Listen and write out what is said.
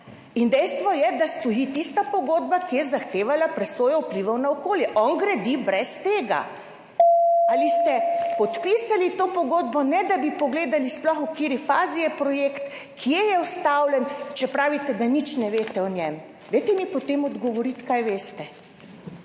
In dejstvo je, da stoji tista pogodba, ki je zahtevala presojo vplivov na okolje. On gradi brez tega. Ali ste podpisali to pogodbo, ne da bi sploh pogledali, v kateri fazi je projekt, kje je ustavljen, če pravite, da nič ne veste o njem? Dajte mi potem odgovoriti, kaj veste.